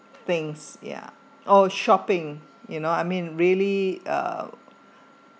things ya or shopping you know I mean really uh